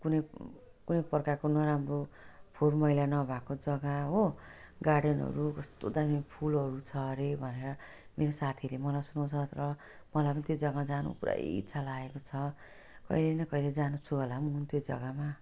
कुनै कुनै प्रकारको नराम्रो फोहोर मैला नभएको जगा हो गार्डनहरू कस्तो दामी फुलहरू छ हरे भनेर मेरो साथीले मलाई सुनाउँछ र मलाई पनि त्यो जगा जानु पुरै इच्छा लागेको छ कहिले न कहिले जान्छु होला म त्यो जगामा